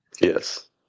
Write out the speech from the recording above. Yes